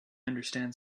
understand